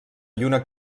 lluna